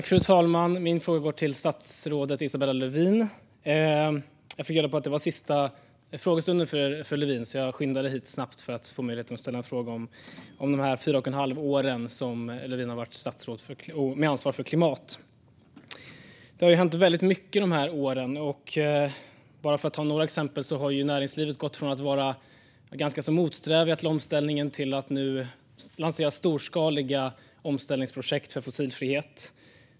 Fru talman! Min fråga går till statsrådet Isabella Lövin. Jag fick reda på att det var sista frågestunden för Lövin, så jag skyndade snabbt hit för att få möjlighet att ställa en fråga om de fyra och ett halvt år då Lövin varit statsråd med ansvar för klimat. Det har hänt väldigt mycket de här åren. Bara för att ta några exempel: Näringslivet har gått från att vara ganska motsträvigt till omställningen till att nu lansera storskaliga omställningsprojekt för fossilfrihet.